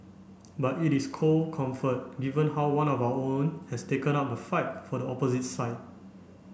but it is cold comfort given how one of our own has taken up the fight for the opposite side